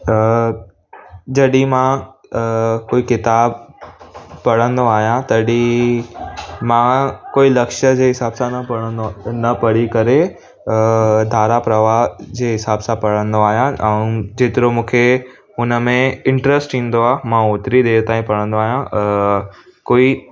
जॾहिं मां कोई किताबु पढ़ंदो आहियां तॾहिं मां कोई लक्ष्य जे हिसाब सां न पढंदो न पढ़ी करे धारा प्रवाह जे हिसाब सां पढ़ंदो आहियां ऐं जेतिरो मुखे हुन में इंट्रस्ट ईंदो आहे मां होतिरी देर ताईं पढ़ंदो आहियां कोई